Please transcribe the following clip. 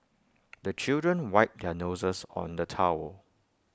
the children wipe their noses on the towel